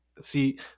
See